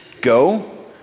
go